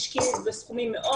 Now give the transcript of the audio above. הם השקיעו סכומים מאוד